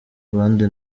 abandi